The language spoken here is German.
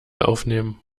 aufnehmen